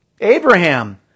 Abraham